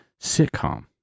sitcom